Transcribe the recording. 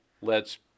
lets